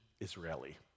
Israeli